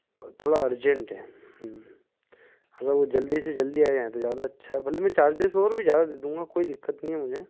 थोड़ा अर्जेंट है अगर वह जल्दी से जल्दी आ जाए तो ज़्यादा अच्छा है भले मैं चार्जेज़ और भी ज़्यादा दे दूँगा कोई दिक्कत नहीं है मुझे